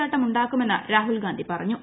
ചാട്ടമുണ്ടാക്കുമെന്നു രാഹുൽ ഗാന്ധി പറഞ്ഞു